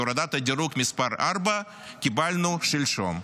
כי הורדת דירוג מס' 4 קיבלנו שלשום.